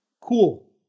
Cool